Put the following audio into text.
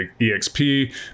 exp